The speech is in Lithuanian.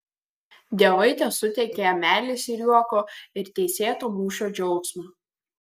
dievai tesuteikia jam meilės ir juoko ir teisėto mūšio džiaugsmo